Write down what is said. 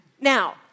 Now